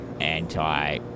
anti